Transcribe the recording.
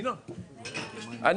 אני